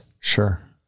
Sure